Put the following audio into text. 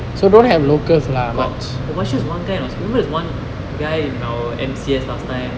got but is just one guy I was I remember there's one guy in our M_C_S last time